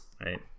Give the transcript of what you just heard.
right